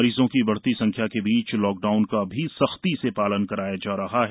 मरीजों की बढ़ती संख्या के बीच लॉकडाउन का भी सख्ती से पालन कराया जा रहा है